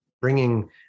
bringing